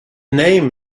name